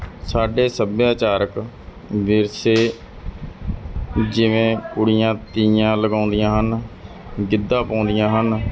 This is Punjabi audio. ਸਾਡੇ ਸੱਭਿਆਚਾਰਕ ਵਿਰਸੇ ਜਿਵੇਂ ਕੁੜੀਆਂ ਤੀਆਂ ਲਗਾਉਂਦੀਆਂ ਹਨ ਗਿੱਧਾ ਪਾਉਂਦੀਆਂ ਹਨ